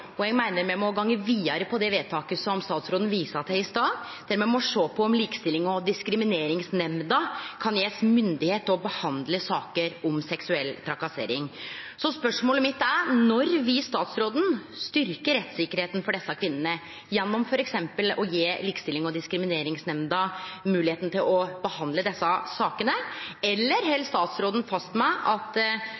Eg meiner me må gå vidare på det vedtaket som statsråden viste til i stad, der me må sjå om Likestillings- og diskrimineringsnemnda kan bli gjeven myndigheit til å behandle saker om seksuell trakassering. Så spørsmålet mitt er: Når vil statsråden styrkje rettstryggleiken til desse kvinnene gjennom f.eks. å gje Likestillings- og diskrimineringsnemnda moglegheit til å behandle desse sakene? Eller held